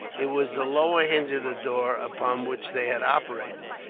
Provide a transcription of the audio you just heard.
it was the lower hinge of the door, upon which they had operated,